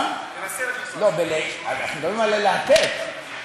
לא, אנחנו מדברים על ללהטט.